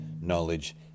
knowledge